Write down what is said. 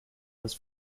was